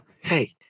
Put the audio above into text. hey